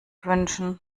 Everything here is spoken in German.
wünschen